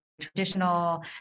traditional